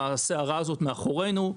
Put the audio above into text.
הסערה הזאת מאחורינו.